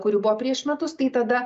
kuri buvo prieš metus tai tada